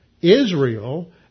Israel